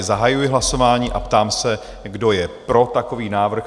Zahajuji hlasování a ptám se, kdo je pro takový návrh?